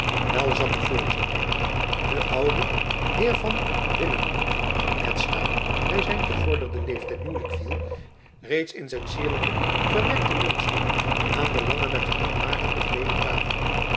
wel zat de voorzitter de oude heer van wimmenum wien het staan by zijn gevorderden leeftijd moeilijk viel reeds in zijn cierlijfc gewerkten leunstoel aan de lange met groen laken bekleede tafel